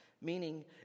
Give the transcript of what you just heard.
Meaning